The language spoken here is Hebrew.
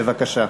בבקשה.